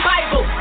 Bible